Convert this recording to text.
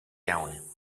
down